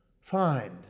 Find